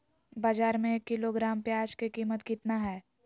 बाजार में एक किलोग्राम प्याज के कीमत कितना हाय?